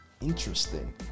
Interesting